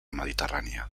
mediterrània